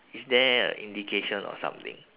is there a indication or something